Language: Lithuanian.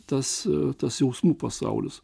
tas tas jausmų pasaulis